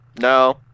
No